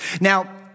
Now